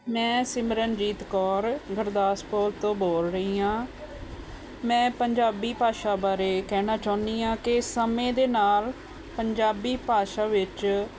ਮੈਂ ਸਿਮਰਨਜੀਤ ਕੌਰ ਗੁਰਦਾਸਪੁਰ ਤੋਂ ਬੋਲ ਰਹੀ ਹਾਂ ਮੈਂ ਪੰਜਾਬੀ ਭਾਸ਼ਾ ਬਾਰੇ ਕਹਿਣਾ ਚਾਹੁੰਦੀ ਹਾਂ ਕਿ ਸਮੇਂ ਦੇ ਨਾਲ ਪੰਜਾਬੀ ਭਾਸ਼ਾ ਵਿੱਚ